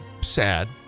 sad